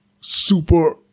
super